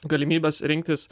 galimybes rinktis